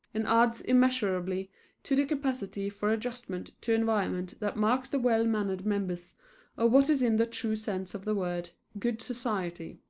and adds immeasurably to the capacity for adjustment to environment that marks the well-mannered members of what is in the true sense of the word good society.